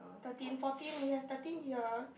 thirteen fourteen we have thirteen here